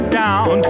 down